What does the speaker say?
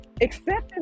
Acceptance